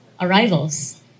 arrivals